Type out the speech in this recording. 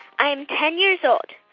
i'm ten years old.